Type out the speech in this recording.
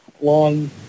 long